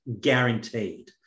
guaranteed